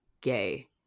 gay